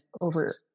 over